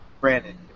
Brandon